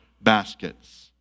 baskets